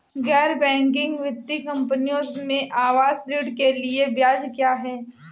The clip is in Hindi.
गैर बैंकिंग वित्तीय कंपनियों में आवास ऋण के लिए ब्याज क्या है?